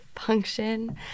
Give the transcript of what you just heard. function